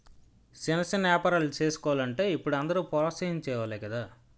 సిన్న సిన్న ఏపారాలు సేసుకోలంటే ఇప్పుడు అందరూ ప్రోత్సహించె వోలే గదా